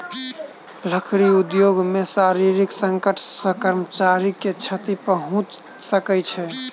लकड़ी उद्योग मे शारीरिक संकट सॅ कर्मचारी के क्षति पहुंच सकै छै